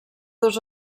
dos